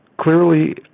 clearly